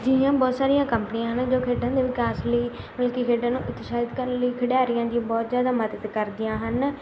ਅਜਿਹੀਆਂ ਬਹੁਤ ਸਾਰੀਆਂ ਕੰਪਨੀਆਂ ਹਨ ਜੋ ਖੇਡਾਂ ਦੇ ਵਿਕਾਸ ਲਈ ਬਲ ਕਿ ਖੇਡਾਂ ਨੂੰ ਉਤਸ਼ਾਹਿਤ ਕਰਨ ਲਈ ਖਿਡਾਰੀਆਂ ਦੀ ਬਹੁਤ ਜ਼ਿਆਦਾ ਮਦਦ ਕਰਦੀਆਂ ਹਨ